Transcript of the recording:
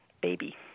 baby